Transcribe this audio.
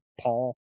Paul